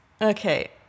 Okay